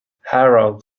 harold